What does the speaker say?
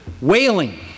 wailing